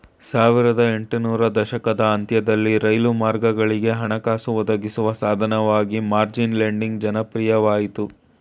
ಸಾವಿರದ ಎಂಟು ನೂರು ದಶಕದ ಅಂತ್ಯದಲ್ಲಿ ರೈಲು ಮಾರ್ಗಗಳಿಗೆ ಹಣಕಾಸು ಒದಗಿಸುವ ಸಾಧನವಾಗಿ ಮಾರ್ಜಿನ್ ಲೆಂಡಿಂಗ್ ಜನಪ್ರಿಯವಾಯಿತು